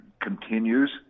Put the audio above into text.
continues